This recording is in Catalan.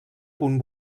punt